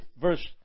verse